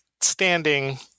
standing